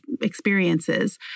experiences